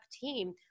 team